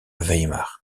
weimar